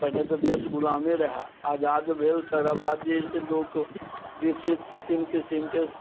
पहिने तऽ देश गुलामे रहे आजाद भेल तेकरा बाद जे है से लोक विकसित किसिम किसिमके